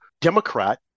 Democrat